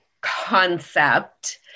concept